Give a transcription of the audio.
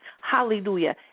hallelujah